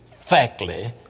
factly